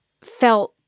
felt